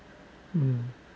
mm